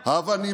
הלהבות,